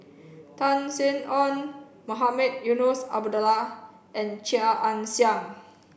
Tan Sin Aun Mohamed Eunos Abdullah and Chia Ann Siang